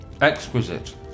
Exquisite